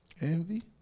envy